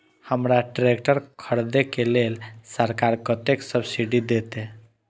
हमरा ट्रैक्टर खरदे के लेल सरकार कतेक सब्सीडी देते?